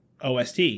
OST